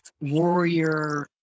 warrior